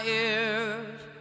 ears